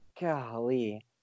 golly